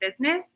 business